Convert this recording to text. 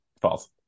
false